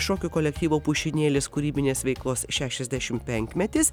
šokių kolektyvo pušynėlis kūrybinės veiklos šešiasdešimt penkmetis